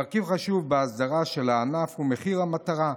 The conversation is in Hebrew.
מרכיב חשוב בהסדרה של הענף הוא מחיר המטרה,